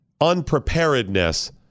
unpreparedness